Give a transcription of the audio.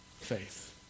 faith